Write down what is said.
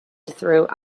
through